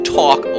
talk